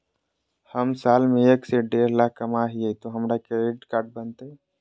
हम साल में एक से देढ लाख कमा हिये तो हमरा क्रेडिट कार्ड बनते?